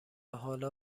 حالا